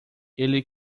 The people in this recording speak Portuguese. ele